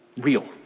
real